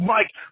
Mike